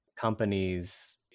companies